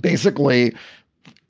basically